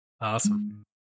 Awesome